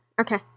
Okay